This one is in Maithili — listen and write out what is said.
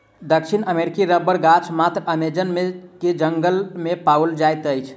दक्षिण अमेरिकी रबड़क गाछ मात्र अमेज़न के जंगल में पाओल जाइत अछि